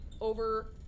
over